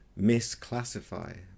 misclassify